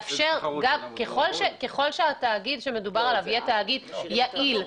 ככל שהתאגיד שמדובר עליו יהיה תאגיד יעיל,